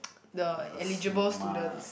they are smart